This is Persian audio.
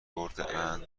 بردهاند